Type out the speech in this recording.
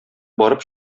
барып